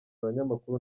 abanyamakuru